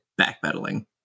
backpedaling